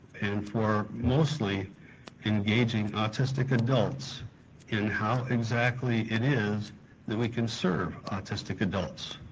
and for mostly engaging autistic adults in how exactly it is that we can serve autistic adults.